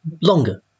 longer